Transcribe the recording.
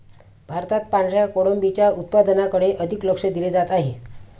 भारतात पांढऱ्या कोळंबीच्या उत्पादनाकडे अधिक लक्ष दिले जात आहे